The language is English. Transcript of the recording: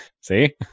See